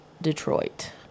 Detroit